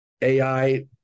AI